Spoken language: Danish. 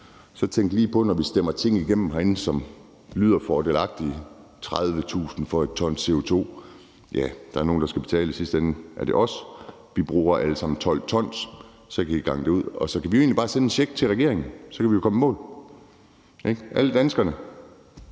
så tænk lige på, at når vi stemmer ting igennem herinde, som lyder fordelagtige, f.eks. 30.000 for 1 t CO2, ja, så er der nogle, der skal betale i sidste ende. Er det os? Vi bruger alle sammen 12 t, og så kan I gange det ud. Vi kan jo egentlig bare sende en check til regeringen, så kan alle danskerne